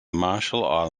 marshall